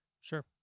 Sure